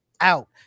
out